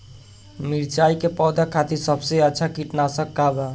मिरचाई के पौधा खातिर सबसे अच्छा कीटनाशक का बा?